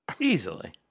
Easily